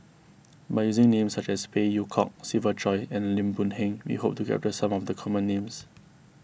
by using names such as Phey Yew Kok Siva Choy and Lim Boon Heng we hope to capture some of the common names